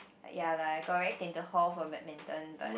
ya lah I got rec into hall for badminton but